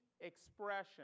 expression